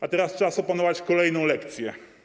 A teraz czas opanować kolejną lekcję.